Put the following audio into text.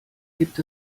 gibt